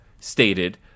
stated